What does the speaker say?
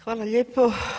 Hvala lijepo.